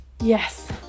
Yes